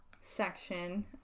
section